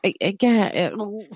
again